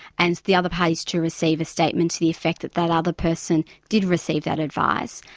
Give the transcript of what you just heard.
and the other party's to receive a statement to the effect that that other person did receive that advice,